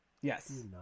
Yes